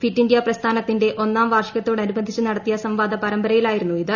fit India പ്രസ്ഥാനത്തിന്റെ ഒന്നാം വാർഷികത്തോടനുബന്ധിച്ച് നടത്തിയ സംവാദ പരമ്പരയിലായിരുന്നു ഇത്